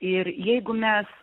ir jeigu mes